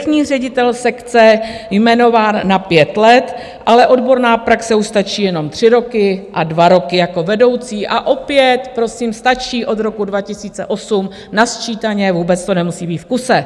Vrchní ředitel sekce jmenován na 5 let, ale odborná praxe už stačí jenom 3 roky a 2 roky jako vedoucí, a opět prosím stačí od roku 2008 nasčítaně, vůbec to nemusí být v kuse.